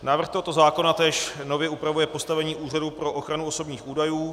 Návrh tohoto zákona též nově upravuje postavení Úřadu pro ochranu osobních údajů.